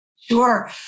Sure